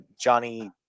Johnny